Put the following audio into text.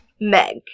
Meg